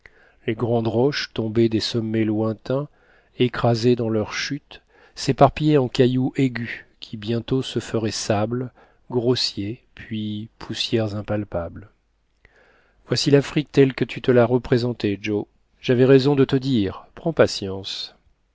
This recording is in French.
les grandes roches tombées des sommets lointains écrasées dans leur chute s'éparpillaient en cailloux aigus qui bientôt se feraient sable grossier puis poussière impalpable voici l'afrique telle que tu te la représentais joe j'avais raison de te dire prends patience